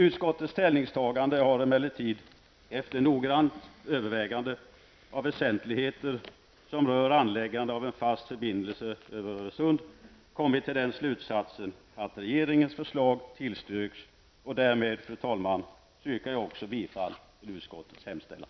Utskottet har emellertid efter noggrant övervägande av väsentligheter som rör anläggande av en fast förbindelse över Öresund kommit till den slutsatsen att regeringens förslag bör tillstyrkas. Därmed, fru talman, yrkar jag också bifall till utskottets hemställan.